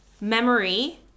memory